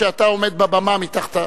כשאתה עומד על הבמה מתחתיו.